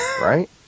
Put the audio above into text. right